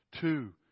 Two